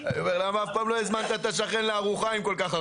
רכבת אז הנגישות תהיה כזאת גדולה שיבואו אליכם הרבה